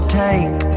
take